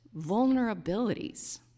vulnerabilities